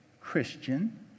Christian